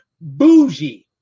bougie